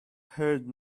heard